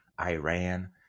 Iran